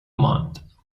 ماند